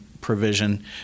provision